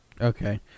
Okay